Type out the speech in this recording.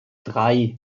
drei